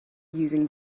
using